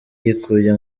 yikuye